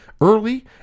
early